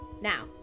Now